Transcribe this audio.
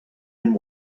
and